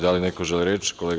Da li neko želi reč? (Da.